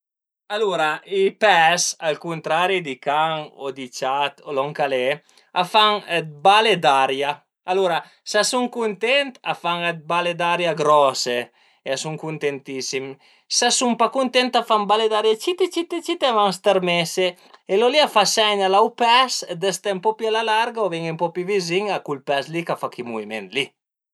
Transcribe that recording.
Alura i pes al cuntrari di can o di ciat o lon ch'al e a fan d'bale d'aria. Alura s'a sun cuntent a fan d'bale d'aria grose e a sun cuntentissim, s'a sun pa cuntent a fa d'bale d'aria cite cite cite e a van stermese e lo li a fa segn a l'aut pes de ste ën po pi a la larga o dë ven-i ën po pi vizin a cul pes li ch'a fa chi muviment li